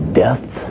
death